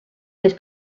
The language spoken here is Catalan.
més